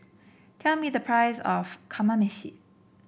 tell me the price of Kamameshi